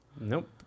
Nope